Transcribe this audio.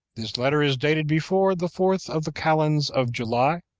this letter is dated before the fourth of the calends of july,